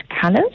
colors